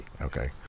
Okay